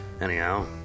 Anyhow